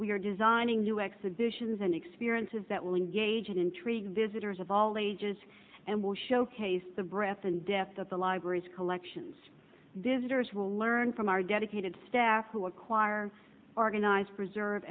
are designing new exhibitions and experiences that will engage and intrigue visitors of all ages and will showcase the breadth and depth of the library's collections visitors will learn from our dedicated staff who acquire organize preserve